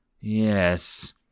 Yes